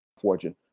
fortune